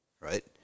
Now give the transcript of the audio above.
right